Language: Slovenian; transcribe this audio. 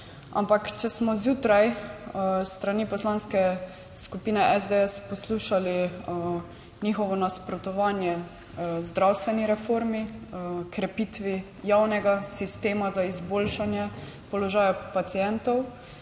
Ampak, če smo zjutraj s strani Poslanske skupine SDS poslušali njihovo nasprotovanje zdravstveni reformi, krepitvi javnega sistema za izboljšanje položaja pacientov,